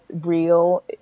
real